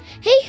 Hey